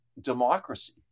democracy